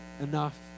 enough